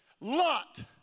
Lot